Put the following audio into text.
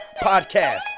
Podcast